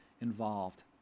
involved